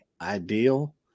ideal